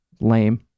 lame